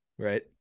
right